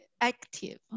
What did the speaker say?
active